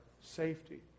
safety